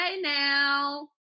now